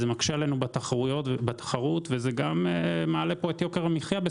מקשה עלינו בתחרות ומעלה את יוקר המחייה,